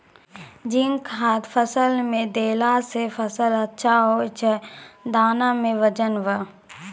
zinc खाद फ़सल मे देला से फ़सल अच्छा होय छै दाना मे वजन ब